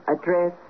address